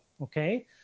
okay